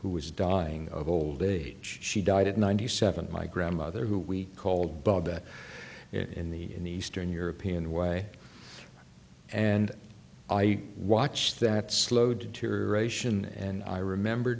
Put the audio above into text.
who was dying of old age she died at ninety seven my grandmother who we called bubba in the in the eastern european way and i watched that slow deterioration and i remember